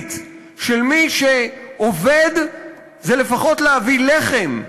הבסיסית של מי שעובד היא לפחות להביא לחם,